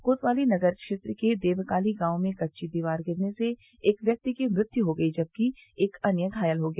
कोतवाली नगर क्षेत्र के देवकाली गांव में कच्ची दीवार गिरने से एक व्यक्ति की मृत्यू हो गई जबकि एक अन्य घायल हो गया